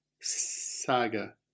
Saga